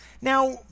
Now